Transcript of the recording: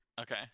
Okay